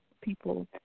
people